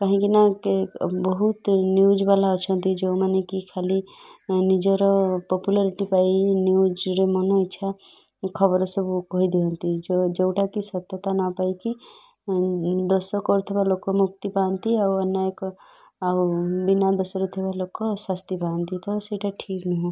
କାହିଁକିନା ବହୁତ ନ୍ୟୁଜ୍ ବାଲା ଅଛନ୍ତି ଯେଉଁମାନେ କି ଖାଲି ନିଜର ପପୁଲାରିଟି ପାଇଁ ନ୍ୟୁଜ୍ରେ ମନ ଇଚ୍ଛା ଖବର ସବୁ କହିଦିଅନ୍ତି ଯେଉଁ ଯେଉଁଟାକି ସତ୍ୟତା ନ ପାଇକି ଦଶ କରୁଥିବା ଲୋକ ମୁକ୍ତି ପାଆନ୍ତି ଆଉ ଅନ୍ୟ ଏକ ଆଉ ବିନା ଦୋଷଥିବା ଲୋକ ଶାସ୍ତି ପାଆନ୍ତି ତ ସେଇଟା ଠିକ୍ ନୁହଁ